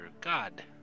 God